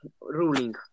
ruling